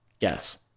yes